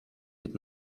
mit